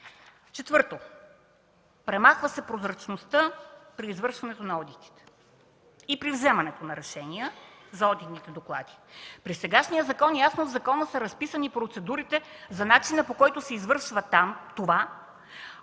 Четвърто – премахва се прозрачността при извършването на одитите и при вземането на решения за одитните доклади. В сегашния закон ясно са разписани процедурите за начина, по който се извършва това.